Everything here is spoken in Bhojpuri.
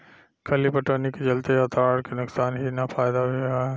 खली पटवनी के चलते वातावरण के नुकसान ही ना फायदा भी बा